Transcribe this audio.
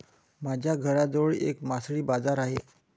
माझ्या घराजवळ एक मासळी बाजार आहे